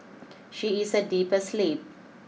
she is a deeper sleep